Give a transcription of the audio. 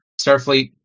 Starfleet